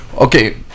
Okay